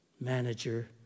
manager